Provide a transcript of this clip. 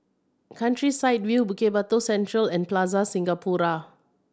Countryside View Bukit Batok Central and Plaza Singapura